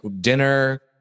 dinner